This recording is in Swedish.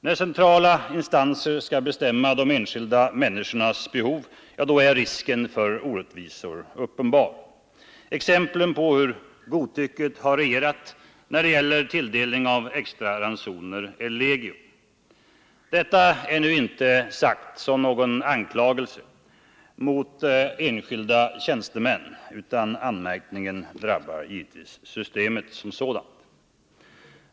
När centrala instanser skall bestämma de enskilda människornas behov är risken för orättvisor uppenbar. Exemplen på hur godtycket har regerat när det gäller tilldelning av extra ransoner är legio. Detta är inte sagt som någon anklagelse mot enskilda tjänstemän, utan anmärkningen drabbar givetvis systemet som sådant.